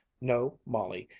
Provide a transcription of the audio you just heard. no, molly,